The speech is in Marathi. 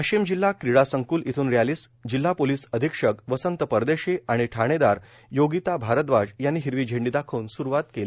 वाशिम जिल्हा क्रीडा संक्ल इथून रॅलीस जिल्हा पोलीस अधिक्षक वसंत परदेशी आणि ठाणेदार योगिता भारदवाज यांनी हिरवी झेंडी दाखवून सुरुवात केली